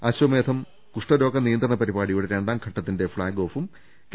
അശ്വമേധം കുഷ്ഠരോഗ നിയന്ത്രണ പരിപാടിയുടെ രണ്ടാം ഘട്ടത്തിന്റെ ഫ്ളാഗ്ഓഫും കെ